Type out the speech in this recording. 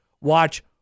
watch